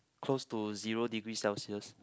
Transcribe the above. close to zero degree Celsius